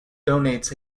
donates